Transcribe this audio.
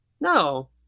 No